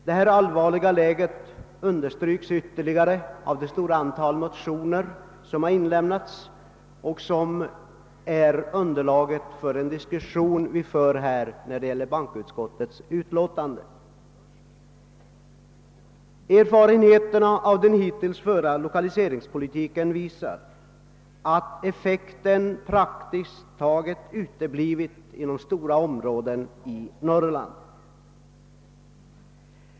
Det allvarliga läget understryks av det stora antal motioner som har väckts i denna fråga och som utgör underlaget för den diskussion vi för här i anslutning till bankoutskottets utlåtande. Erfarenheterna av den hittills förda lokaliseringspolitiken visar att effekten praktiskt taget uteblivit inom stora områden i Norrland.